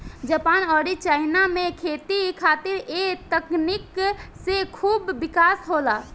Japan अउरी China में खेती खातिर ए तकनीक से खूब विकास होला